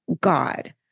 God